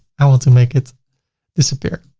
i want to make it disappear.